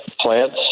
plants